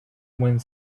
wind